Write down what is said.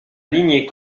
lignée